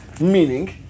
Meaning